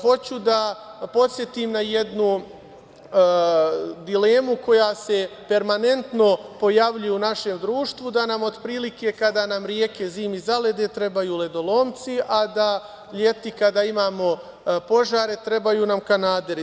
Hoću da podsetim na jednu dilemu koja se permanentno pojavljuje u našem društvu, da nam otprilike kada nam reke zimi zalede trebaju ledolomci, a da je etika da kada imamo požare trebaju nam kanaderi.